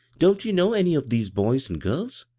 don't you know any of these boys and girls?